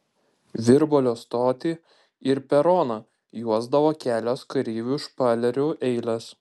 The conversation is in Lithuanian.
virbalio stotį ir peroną juosdavo kelios kareivių špalerių eilės